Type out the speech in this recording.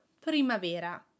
primavera